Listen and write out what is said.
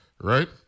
right